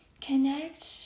Connect